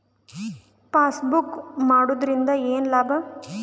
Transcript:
Passbook ಮಾಡುದರಿಂದ ಏನು ಲಾಭ?